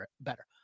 better